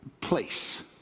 place